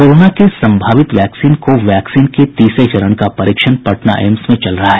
corona के संभावित vaccine को वैक्सीन के तीसरे चरण का परीक्षण पटना एम्स में चल रहा है